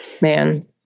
Man